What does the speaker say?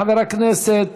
חבר הכנסת